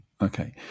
Okay